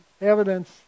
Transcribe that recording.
evidence